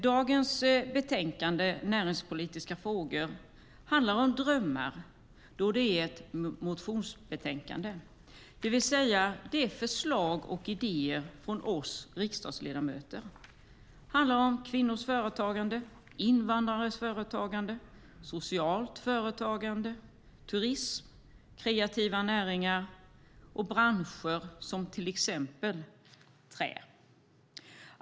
Dagens betänkande Näringspolitiska frågor handlar om drömmar, då det är ett motionsbetänkande, det vill säga det innehåller förslag och idéer från oss riksdagsledamöter. Det handlar om kvinnors företagande, invandrares företagande, socialt företagande, turism, kreativa näringar och branscher som trä.